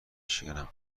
شکنم